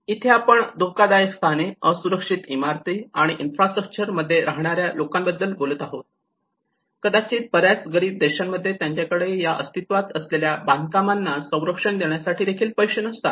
इथे आपण धोकादायक स्थाने असुरक्षित इमारती आणि इन्फ्रास्ट्रक्चर मध्ये राहणाऱ्या लोकांबद्दल बोलत आहोत कदाचित बऱ्याच गरीब देशांमध्ये त्यांच्याकडे या अस्तित्वात असलेल्या बांधकामांना संरक्षण देण्यासाठी देखील पैसे नसतात